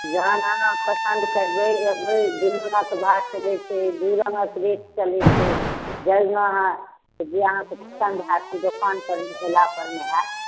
जखन अहाँ पसन्द करबै एबै दू रङ्गक भा चलै छै दू रङ्गक रेट चलै छै जाहिमे अहाँ जे अहाँके पसन्द हैत से दोकानपर गेलापर मे हैत